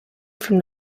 from